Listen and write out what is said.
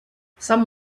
some